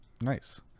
Nice